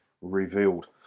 revealed